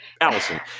Allison